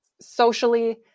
socially